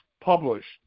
published